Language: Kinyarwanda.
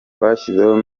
twashyizeho